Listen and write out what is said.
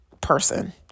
person